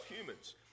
humans